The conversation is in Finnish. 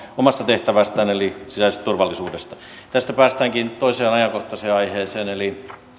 omasta tehtävästään eli sisäisestä turvallisuudesta tästä päästäänkin toiseen ajankohtaiseen aiheeseen eli